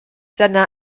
dyna